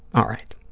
all right,